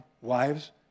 wives